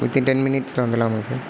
within ten மினிட்ஸில் வந்துடலாமா sir